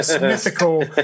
mythical